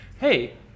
hey